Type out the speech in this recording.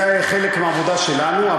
זה חלק מהעבודה שלנו.